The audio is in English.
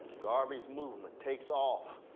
garvey's movement takes off